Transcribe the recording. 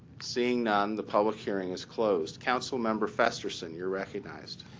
seeing none, the public hearing is closed. council member festersen, you're recognized.